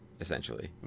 essentially